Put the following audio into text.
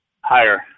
Higher